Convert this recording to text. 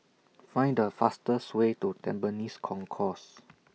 Find The fastest Way to Tampines Concourse